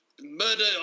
murder